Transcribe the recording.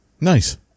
Nice